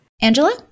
Angela